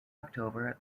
october